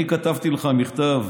אני כתבתי לך מכתב